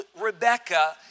Rebecca